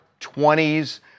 20s